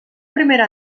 primera